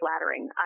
flattering